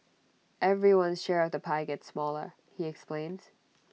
everyone's share of the pie gets smaller he explains